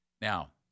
Now